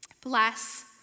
bless